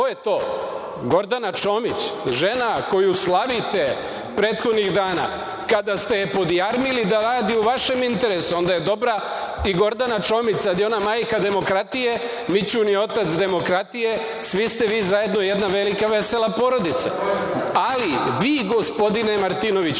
je to? Gordana Čomić? Žena koju slavite prethodnih dana, kada ste je podjarmili da radi u vašem interesu, onda je dobra i Gordana Čomić. Sada je ona majka demokratije, Mićun je otac demokratije, svi ste vi zajedno jedna velika vesela porodica, ali vi gospodine Martinoviću